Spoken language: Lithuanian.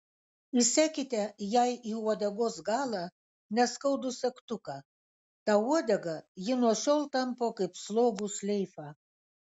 įsekite jai į uodegos galą neskaudų segtuką tą uodegą ji nuo šiol tampo kaip slogų šleifą